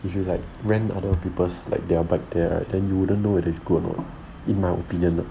if you like rent other people's like their bike there right then you wouldn't know if it is good or not in my opinion ah